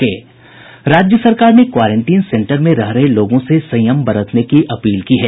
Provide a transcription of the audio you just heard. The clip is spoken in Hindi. राज्य सरकार ने क्वारेंटीन सेन्टर पर रह रहे लोगों से संयम बरतने की अपील की है